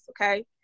Okay